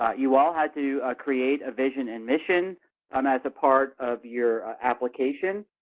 you all had to create a vision and mission um as a part of your application.